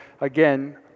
again